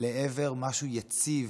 לעבר משהו יציב,